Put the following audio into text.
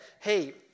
hey